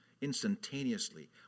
instantaneously